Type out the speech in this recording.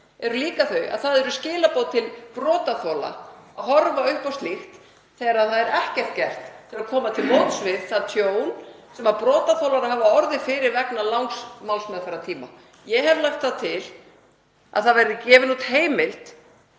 eru líka þær að það eru skilaboð til brotaþola að horfa upp á slíkt þegar það er ekkert gert til að koma til móts við það tjón sem brotaþolar hafa orðið fyrir vegna langs málsmeðferðartíma. Ég hef lagt það til að gefin verði út heimild